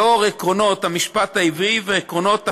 לאור עקרונות המשפט העברי ועקרונות החירות,